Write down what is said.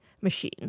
machine